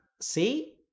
See